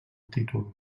títol